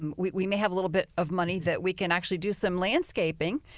um we we may have a little bit of money that we can actually do some landscaping.